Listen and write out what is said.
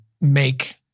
make